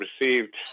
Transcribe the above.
received